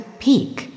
peak